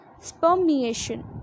spermiation